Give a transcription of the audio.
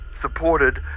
supported